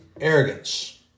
Arrogance